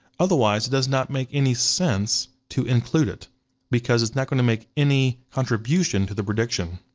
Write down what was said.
otherwise, it does not make any sense to include it because it's not gonna make any contribution to the prediction.